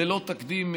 ללא תקדים,